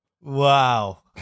Wow